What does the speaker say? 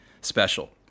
special